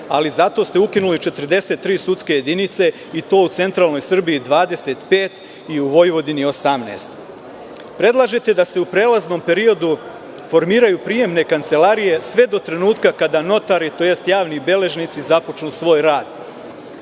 ali ste zato ukinuli 43 sudske jedinice i to u centralnoj Srbiji 25 i u Vojvodini 18. Predlažete da se u prelaznom periodu formiraju prijemne kancelarije sve do trenutka kada notari tj. javni beležnici započnu svoj rad.